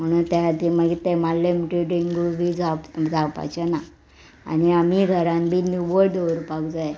म्हणून ते खातीर मागीर ते मारले म्हणटी डेंगू बी जावपा जावपाचे ना आनी आमी घरान बी निवळ दवरपाक जाय